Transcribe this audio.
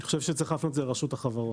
אני חושב שצריך להפנות את זה לרשות החברות.